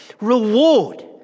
reward